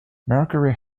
mercury